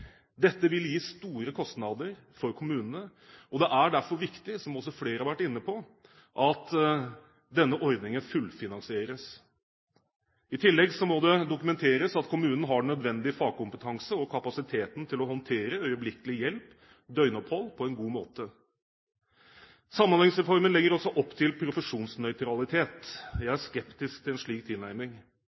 Dette vil gi store kostnader for kommunene, og det er derfor viktig – som flere har vært inne på – at denne ordningen fullfinansieres. I tillegg må det dokumenteres at kommunene har nødvendig fagkompetanse og kapasitet til å håndtere øyeblikkelig hjelp, døgnopphold, på en god måte. Samhandlingsreformen legger også opp til profesjonsnøytralitet. Jeg er skeptisk til en slik tilnærming.